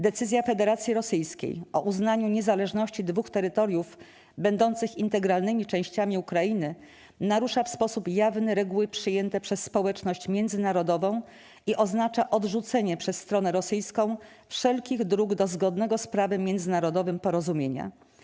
Decyzja Federacji Rosyjskiej o uznaniu niezależności dwóch terytoriów będących integralnymi częściami Ukrainy narusza w sposób jawny reguły przyjęte przez społeczność międzynarodową i oznacza odrzucenie przez stronę rosyjską wszelkich dróg do zgodnego z prawem międzynarodowym porozumienia.